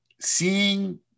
seeing